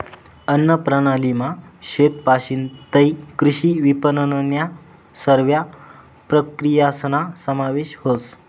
अन्नप्रणालीमा शेतपाशीन तै कृषी विपनननन्या सरव्या प्रक्रियासना समावेश व्हस